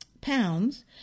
pounds